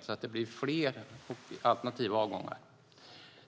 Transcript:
så att det blir fler alternativa avgångar.